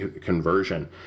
conversion